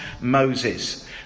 Moses